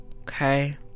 Okay